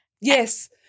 Yes